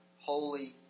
holy